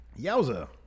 Yowza